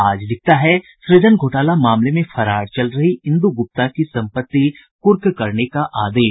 आज लिखता है सृजन घोटाला मामले में फरार चल रही इंदु गुप्ता की संपत्ति कुर्क करने का आदेश